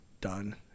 done